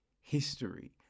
history